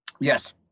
Yes